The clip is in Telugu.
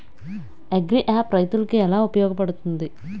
అగ్రియాప్ రైతులకి ఏలా ఉపయోగ పడుతుంది?